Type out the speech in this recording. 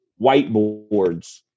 Whiteboards